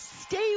Stay